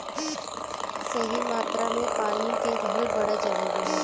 सही मात्रा में पानी के रहल बड़ा जरूरी होला